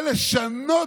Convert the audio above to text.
הליכוד.